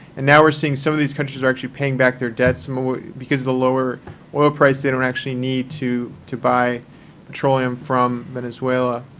and now we're seeing some of these countries are actually paying back their debts. because the lower oil price, they don't actually need to to buy petroleum from venezuela.